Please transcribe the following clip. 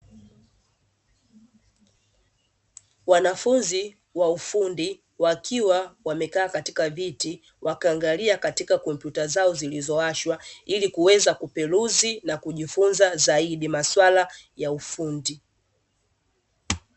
Wanafunzi wa ufundi wakiwa wamekaa katika viti wakiangalia katika kompyuta zao zilizowashwa, ili kuweza kuperuzi na kujifunza zaidi masuala ya ufundi.